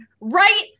right